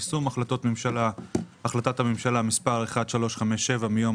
יישום החלטת הממשלה מספר 1357 מיום